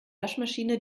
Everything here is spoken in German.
waschmaschine